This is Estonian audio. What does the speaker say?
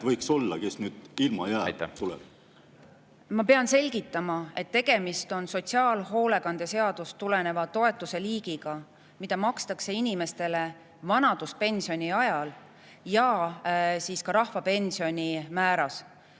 kes [toetusest] ilma jääb? Ma pean selgitama, et tegemist on sotsiaalhoolekande seadusest tuleneva toetuse liigiga, mida makstakse inimestele vanaduspensioni ajal ja siis ka rahvapensioni määras.